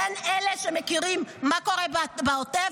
בין אלה שמכירים מה קורה בעוטף,